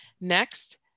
Next